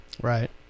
Right